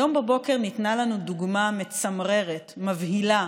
היום בבוקר ניתנה לנו דוגמה מצמררת, מבהילה,